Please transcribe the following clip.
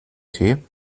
tee